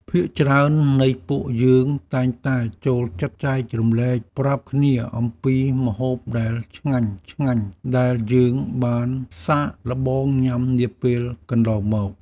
ភាគច្រើននៃពួកយើងតែងតែចូលចិត្តចែករំលែកប្រាប់គ្នាអំពីម្ហូបដែលឆ្ងាញ់ៗដែលយើងបានសាកល្បងញ៉ាំនាពេលកន្លងមក។